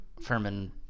Furman